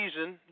season